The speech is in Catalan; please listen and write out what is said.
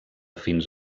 fins